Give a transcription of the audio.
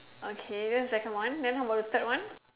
okay that's the second one then how about the third one